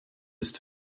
ist